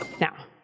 Now